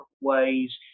ways